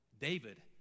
David